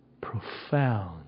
profound